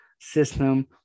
system